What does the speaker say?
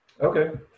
Okay